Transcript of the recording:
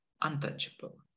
untouchable